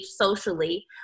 socially